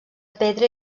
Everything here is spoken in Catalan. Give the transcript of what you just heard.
pedra